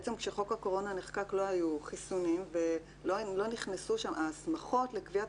כשחוק הקורונה נחקק לא היו חיסונים וההסמכות לקביעת